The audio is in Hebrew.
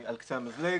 על קצה המזלג.